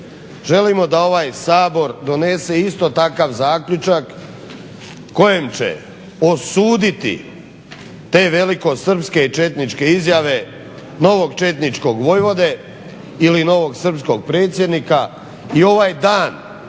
želimo da ovaj Sabor donese isto takav zaključak kojim će osuditi te velikosrpske četničke izjave novog četničkog vojvode ili novog srpskog predsjednika i ovaj dan